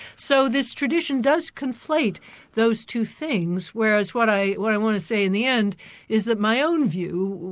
so this tradition does conflate those two things, whereas what i what i want to say in the end is that my own view,